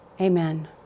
amen